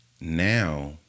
now—